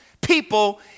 people